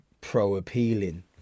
pro-appealing